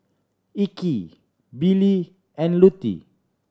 Ike Billie and Lutie